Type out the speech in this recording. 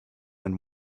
and